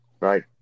Right